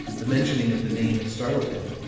the mentioning of the name had startled him,